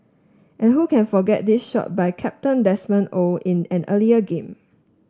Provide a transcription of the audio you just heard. and who can forget this shot by captain Desmond Oh in an earlier game